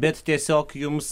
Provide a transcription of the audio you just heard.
bet tiesiog jums